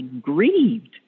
grieved